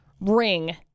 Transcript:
ring